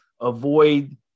avoid